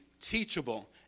teachable